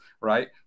right